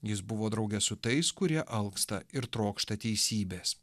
jis buvo drauge su tais kurie alksta ir trokšta teisybės